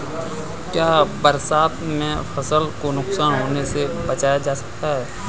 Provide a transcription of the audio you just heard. क्या बरसात में फसल को नुकसान होने से बचाया जा सकता है?